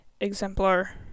Exemplar